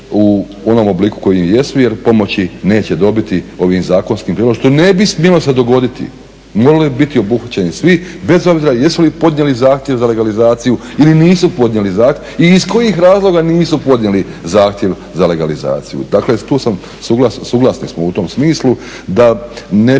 u onom obliku u kojem jesu, jer pomoći neće dobiti ovim zakonskim prijedlogom što ne bi smjelo se dogoditi. Morali bi biti obuhvaćeni svi bez obzira jesu li podnijeli zahtjev za legalizaciju ili nisu podnijeli zahtjev i iz kojih razloga nisu podnijeli zahtjev za legalizaciju. Dakle, tu sam, suglasni smo u tom smislu da ne